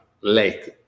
late